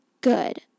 good